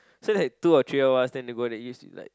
so that two of three of us then they go let you sleep like